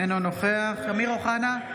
אינו נוכח אמיר אוחנה,